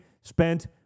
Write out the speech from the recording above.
spent